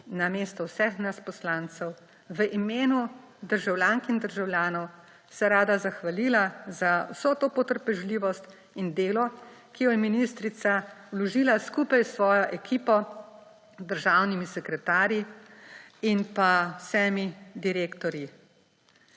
namesto vseh nas poslancev v imenu državljank in državljanov se rada zahvalila za vso to potrpežljivost in delo, ki jo je ministrica vložila skupaj s svojo ekipo, z državnimi sekretarji in vsemi direktorji,